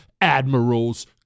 admirals